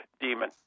demon